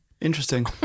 Interesting